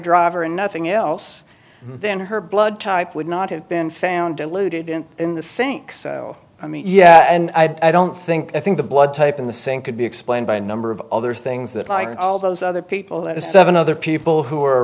driver and nothing else then her blood type would not have been found deluded in in the sinks i mean yeah and i don't think i think the blood type in the sink could be explained by a number of other things that i can all those other people that a seven other people who